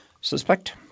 suspect